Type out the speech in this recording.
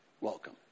Welcome